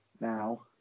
now